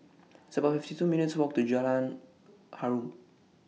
It's about fifty two minutes Walk to Jalan Harum